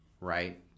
right